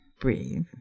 breathe